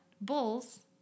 bulls